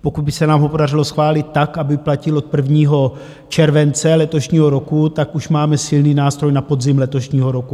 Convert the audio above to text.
Pokud by se nám ho podařilo schválit tak, aby platil od 1. července letošního roku, tak už máme silný nástroj na podzim letošního roku.